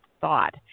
thought